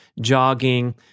jogging